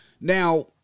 now